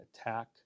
attack